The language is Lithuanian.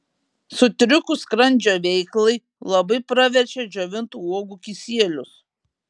sutrikus skrandžio veiklai labai praverčia džiovintų uogų kisielius